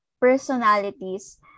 personalities